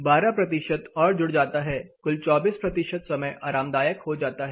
12 और जुड़ जाता है कुल 24 समय आरामदायक हो जाता हैं